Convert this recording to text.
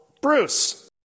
Bruce